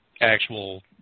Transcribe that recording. actual